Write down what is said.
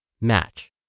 match